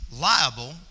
liable